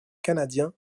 canadiens